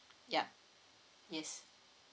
yup yes